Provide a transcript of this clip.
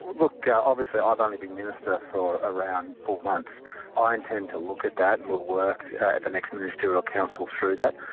look obviously i've only been minister for around four months. ah i intend to look at that and we'll work at the next ministerial council through that.